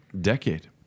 Decade